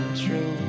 true